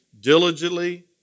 diligently